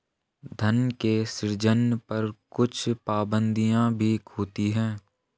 धन के सृजन पर कुछ पाबंदियाँ भी होती हैं